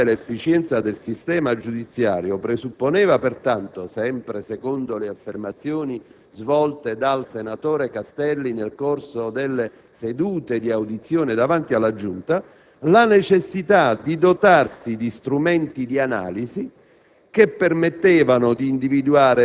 Un intervento volto a migliorare l'efficienza del sistema giudiziario presupponeva - sempre secondo le affermazioni svolte dal senatore Castelli nel corso delle sedute di audizione davanti alla Giunta - la necessità di dotarsi di strumenti di analisi